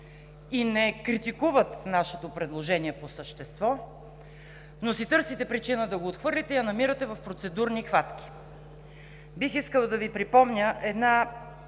и не критикуват нашето предложение по същество, но си търсите причина да го отхвърлите и я намирате в процедурни хватки. Бих искала да Ви припомня една